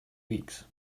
weeks